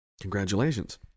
Congratulations